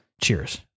cheers